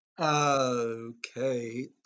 Okay